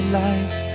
life